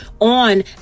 on